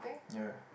ya